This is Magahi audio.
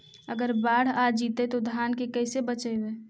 अगर बाढ़ आ जितै तो धान के कैसे बचइबै?